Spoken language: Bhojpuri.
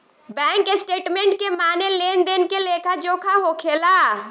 बैंक स्टेटमेंट के माने लेन देन के लेखा जोखा होखेला